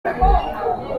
iterambere